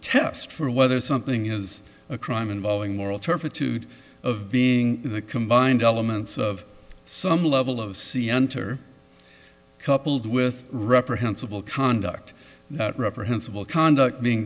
test for whether something is a crime involving moral turpitude of being the combined elements of some level of c enter coupled with reprehensible conduct reprehensible conduct being